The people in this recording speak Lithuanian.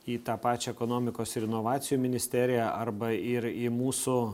į tą pačią ekonomikos ir inovacijų ministeriją arba ir į mūsų